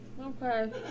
Okay